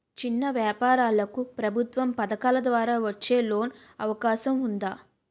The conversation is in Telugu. చిన్న వ్యాపారాలకు ప్రభుత్వం పథకాల ద్వారా వచ్చే లోన్ అవకాశం ఉందా?